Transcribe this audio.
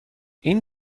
این